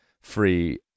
free